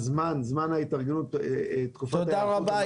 זמן ההתארגנות --- תודה רבה,